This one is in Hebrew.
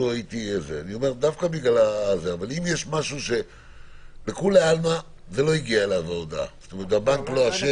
אבל אם יש משהו שלכולי עלמא לא הגיעה אליו ההודעה והבנק לא אשם